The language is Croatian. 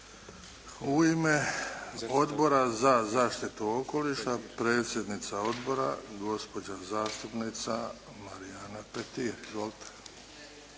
U ime Odbora za zaštitu okoliša predsjednica Odbora gospođa zastupnica Marijana Petir.